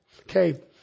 Okay